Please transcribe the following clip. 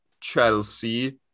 Chelsea